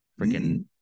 freaking